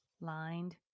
lined